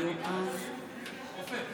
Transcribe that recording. בעד אורית פרקש הכהן, בעד עידן